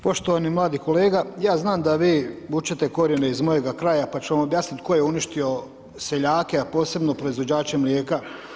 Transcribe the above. Poštovani mladi kolega, ja znam da vi vučete korijene iz mojega kraja pa ću vam objasniti tko je uništio seljake, a posebno proizvođače mlijeka.